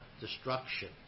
destruction